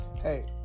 Hey